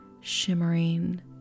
shimmering